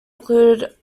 included